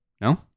No